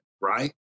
right